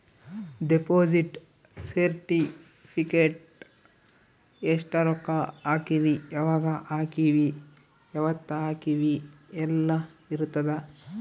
deposit certificate ಎಸ್ಟ ರೊಕ್ಕ ಹಾಕೀವಿ ಯಾವಾಗ ಹಾಕೀವಿ ಯಾವತ್ತ ಹಾಕೀವಿ ಯೆಲ್ಲ ಇರತದ